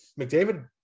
McDavid